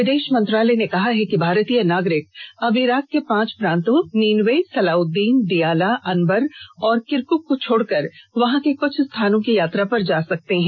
विदेश मंत्रालय ने कहा है कि भारतीय नागरिक अब इराक के पांच प्रांतों नीनवे सलाउद्दीन दीयाला अनबर और किरक्क को छोड़कर वहां के अन्य स्थानों की यात्रा पर जा सकते हैं